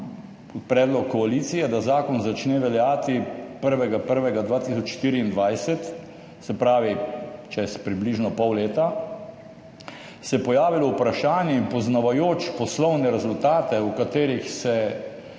predlog koalicije, da zakon začne veljati 1. 1. 2024 se pravi čez približno pol leta, se je pojavilo vprašanje in poznavajoč poslovne rezultate, v katerih se